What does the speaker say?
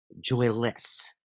joyless